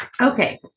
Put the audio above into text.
Okay